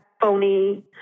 phony